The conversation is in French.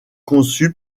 conçue